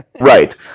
Right